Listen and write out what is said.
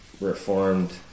Reformed